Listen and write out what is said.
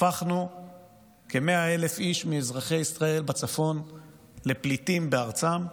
הפכו כ-100,000 איש מאזרחי ישראל בצפון לפליטים בארצם.